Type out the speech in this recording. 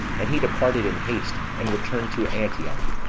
and he departed in haste and returned to antioch,